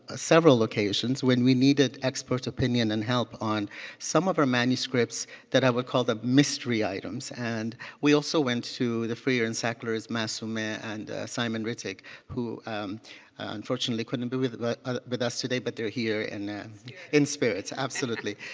ah several occasion when we needed expert opinion and help on some of our manuscripts that have so-called mystery items. and we also went to the freer and sackler's matt so matt and simon riddick who unfortunately couldn't be with but but us today, but they're here in in spirit, absolutely.